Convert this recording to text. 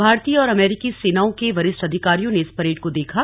भारतीय और अमेरिकी सेनाओं के वरिष्ठ अधिकारियों ने इस परेड को देखा